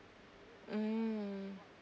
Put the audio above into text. mm